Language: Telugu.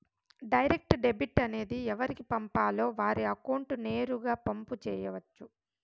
డైరెక్ట్ డెబిట్ అనేది ఎవరికి పంపాలో వారి అకౌంట్ నేరుగా పంపు చేయొచ్చు